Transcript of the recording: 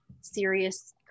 serious